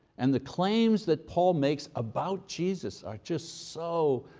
and the claims that paul makes about jesus are just so